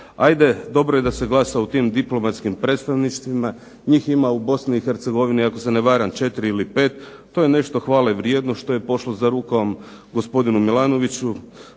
Hajde dobro je da se glasa u tim diplomatskim predstavništvima. Njih ima u Bosni i Hercegovini ako se ne varam četiri ili pet. To je nešto hvale vrijedno što je pošlo za rukom gospodinu Milanoviću,